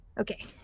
Okay